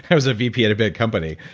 and was a vp at a big company,